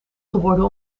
geworden